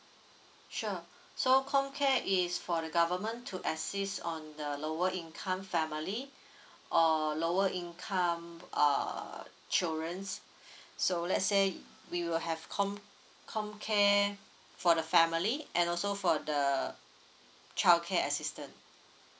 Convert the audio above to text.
sure so comcare is for the government to assist on the lower income family or lower income err children so let's say we will have com comcare for the family and also for the childcare assistance